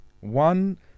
One